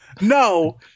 No